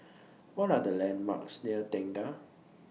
What Are The landmarks near Tengah